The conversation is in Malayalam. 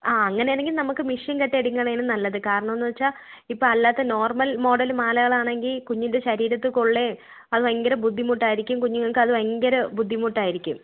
ആ അങ്ങനെയാണെങ്കിൽ നമുക്ക് മെഷീൻ കട്ടെടുക്കുന്നതാണ് നല്ലത് കാരണമെന്നുവെച്ചാൽ ഇപ്പം അല്ലാത്ത നോർമൽ മോഡൽ മാലകളാണെങ്കിൽ കുഞ്ഞിൻറെ ശരീരത്തു കൊള്ളുകയും അതു ഭയങ്കര ബുദ്ധിമുട്ടായിരിക്കും കുഞ്ഞുങ്ങൾക്കത് ഭയങ്കര ബുദ്ധിമുട്ടായിരിക്കും